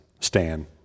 Stan